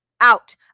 out